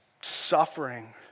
suffering